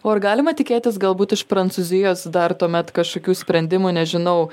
o ar galima tikėtis galbūt iš prancūzijos dar tuomet kažkokių sprendimų nežinau